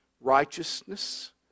righteousness